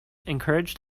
encouraged